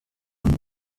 und